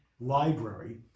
library